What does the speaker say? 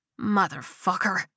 Motherfucker